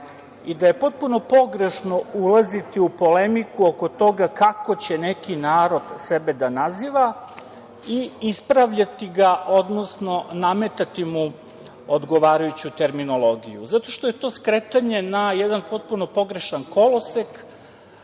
i da je potpuno pogrešno ulaziti u polemiku oko toga kako će neki narod sebe da naziva i ispravljati ga, odnosno nametati mu odgovarajuću terminologiju zato što je to skretanje na jedan potpuno pogrešan kolosek.